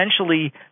essentially